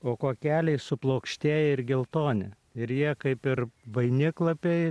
o kuokeliai suplokštėję ir geltoni ir jie kaip ir vainiklapiai